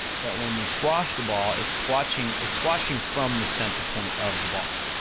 that when you squash the ball, it's squashing it's squashing from the center point of the ball,